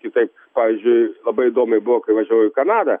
kitaip pavyzdžiui labai įdomiai buvo kai važiavau į kanadą